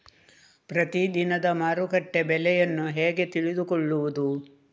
ಪ್ರತಿದಿನದ ಮಾರುಕಟ್ಟೆ ಬೆಲೆಯನ್ನು ಹೇಗೆ ತಿಳಿದುಕೊಳ್ಳುವುದು?